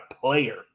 player